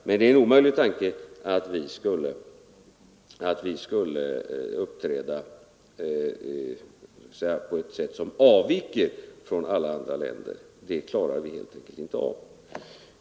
Men det är en omöjlig tanke att vi skulle uppträda på ett sätt som gör att vi avviker från alla andra industriländer. Det klarar vi helt enkelt inte av.